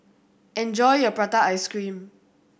enjoy your prata ice cream